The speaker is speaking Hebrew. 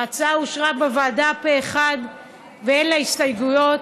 ההצעה אושרה בוועדה פה אחד ואין לה הסתייגויות.